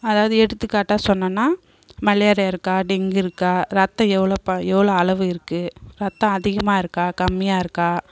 அதாவது எடுத்துக்காட்டாக சொன்னன்னால் மலேரியாயிருக்கா டெங்குயிருக்கா இரத்தம் எவ்வளோ எவ்வளோ அளவு இருக்குது இரத்தம் அதிகமாயிருக்கா கம்மியாயிருக்கா